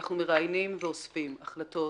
אנחנו מראיינים ואוספים החלטות